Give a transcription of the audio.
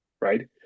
Right